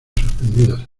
suspendidas